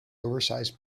oversized